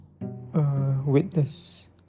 witness